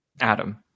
Adam